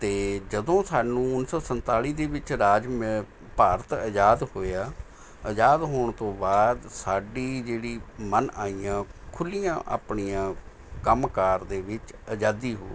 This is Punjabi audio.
ਅਤੇ ਜਦੋਂ ਸਾਨੂੰ ਉੱਨੀ ਸੌ ਸੰਤਾਲੀ ਦੇ ਵਿੱਚ ਰਾਜ ਮ ਭਾਰਤ ਆਜ਼ਾਦ ਹੋਇਆ ਆਜ਼ਾਦ ਹੋਣ ਤੋਂ ਬਾਅਦ ਸਾਡੀ ਜਿਹੜੀ ਮਨ ਆਈਆਂ ਖੁੱਲ੍ਹੀਆਂ ਆਪਣੀਆਂ ਕੰਮ ਕਾਰ ਦੇ ਵਿੱਚ ਆਜ਼ਾਦੀ ਹੋ ਗਈ